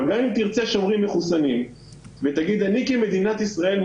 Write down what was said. גם אם תרצה שומרים מחוסנים ותגיד שאתה כמדינת ישראל,